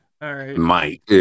Mike